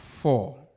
four